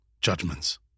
judgments